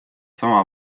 sama